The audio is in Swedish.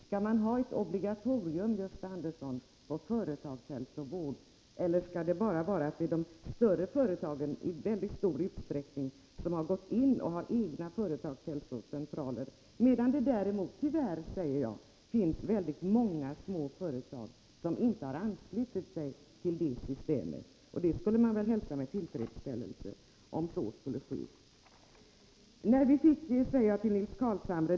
Skall man ha ett obligatorium, Gösta Andersson, när det gäller företagshälsovård, eller skall det bara avse större företag, som redan i mycket stor utsträckning har egna företagshälsocentraler? Tyvärr finns det ju många små företag som inte har anslutit sig till systemet. Man skulle ju hälsa med tillfredsställelse om de anslöt sig. Sedan till Nils Carlshamre.